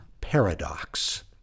paradox